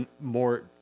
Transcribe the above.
more